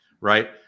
right